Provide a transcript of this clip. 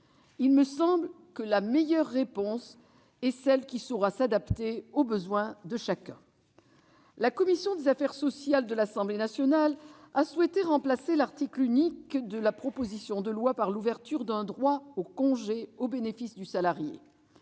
Il me semble que la meilleure réponse est celle qui saura s'adapter aux besoins de chacun. La commission des affaires sociales de l'Assemblée nationale a souhaité remplacer l'article unique de la proposition de loi par l'ouverture d'un droit au congé au bénéfice du salarié,